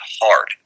hard